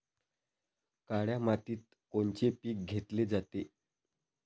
काळ्या मातीत कोनचे पिकं घेतले जाते?